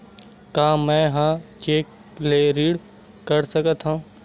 का मैं ह चेक ले ऋण कर सकथव?